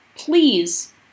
please